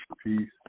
Peace